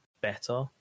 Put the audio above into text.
better